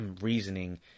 reasoning